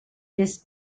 this